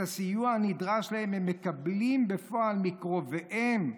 הסיוע הנדרש להם הם מקבלים בפועל מקרוביהם,